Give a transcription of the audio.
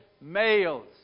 males